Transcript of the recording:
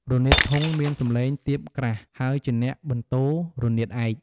រនាតធុង មានសំឡេងទាបក្រាស់ ហើយជាអ្នកបន្ទររនាតឯក។